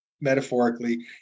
metaphorically